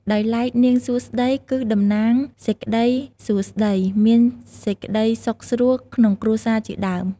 ដោយឡែកនាងសួស្តី គឺតំណាងសេចក្តីសួស្តី មានសេចក្តីសុខស្រួលក្នុងគ្រួសារជាដើម ។